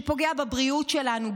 שפוגע בבריאות שלנו,